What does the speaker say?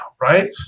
right